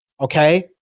Okay